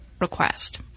request